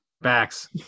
backs